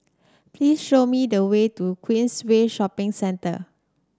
please show me the way to Queensway Shopping Centre